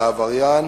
על העבריין,